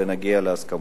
ונגיע להסכמות.